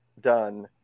Done